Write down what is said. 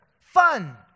fun